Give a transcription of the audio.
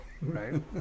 Right